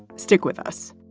stick with us.